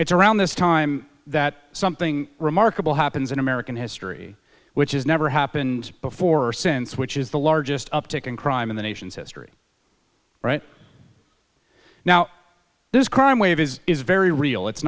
it's around this time that something remarkable happens in american history which has never happened before or since which is the largest uptick in crime in the nation's history right now this crime wave is is very real it's